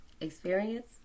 experience